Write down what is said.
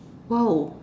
!wow!